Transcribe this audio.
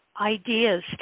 ideas